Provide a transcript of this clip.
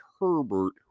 Herbert